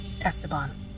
Esteban